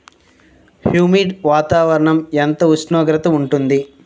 Humid వాతావరణం ఎంత ఉష్ణోగ్రత ఉంటుంది?